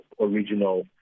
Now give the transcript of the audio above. original